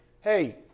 hey